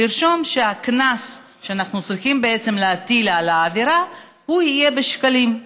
לרשום שהקנס שאנחנו צריכים להטיל על העבירה יהיה בשקלים,